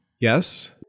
Yes